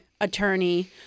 attorney